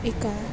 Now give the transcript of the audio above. एका